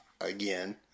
again